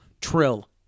Trill